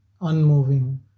unmoving